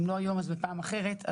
אם לא היום אז בפעם אחרת.